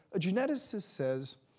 a geneticist says,